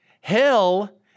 Hell